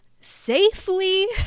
safely